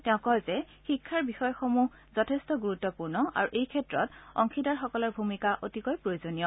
তেওঁ কয় যে শিক্ষাৰ বিষয়সমূহ যথেষ্ঠ গুৰুত্পূৰ্ণ আৰু এইক্ষেত্ৰত অংশীদাৰসকলৰ ভূমিকা অতিকৈ প্ৰয়োজনীয়